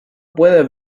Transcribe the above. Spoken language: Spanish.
puede